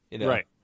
Right